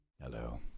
Hello